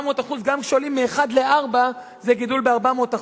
400% גם כשעולים מ-1 ל-4 זה גידול ב-400%.